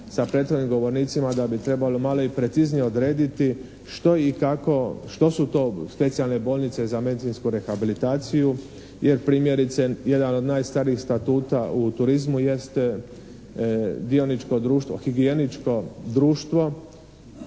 sa prethodnim govornicima da bi trebalo malo i preciznije odrediti što i kako, što su to specijalne bolnice za medicinsku rehabilitaciju. Jer primjerice jedan od najstarijih statuta u turizmu jeste dioničko društvo,